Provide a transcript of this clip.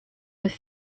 with